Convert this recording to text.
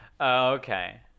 Okay